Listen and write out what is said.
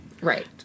Right